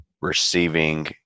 receiving